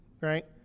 right